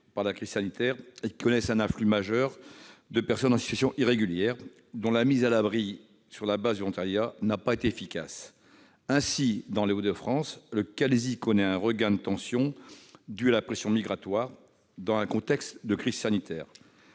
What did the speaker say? par la crise sanitaire et connaissant un afflux important de personnes en situation irrégulière, dont la mise à l'abri sur la base du volontariat n'a pas été efficace. Ainsi, dans les Hauts-de-France, le Calaisis connaît un regain de tensions dû à la pression migratoire dans un contexte de crise sanitaire.